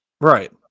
Right